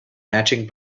matching